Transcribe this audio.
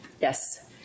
Yes